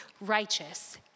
Righteous